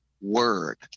word